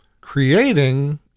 Creating